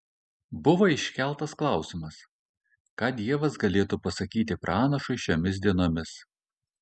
buvo iškeltas klausimas ką dievas galėtų pasakyti pranašui šiomis dienomis